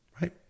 right